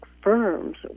firms